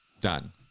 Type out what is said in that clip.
done